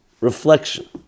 Reflection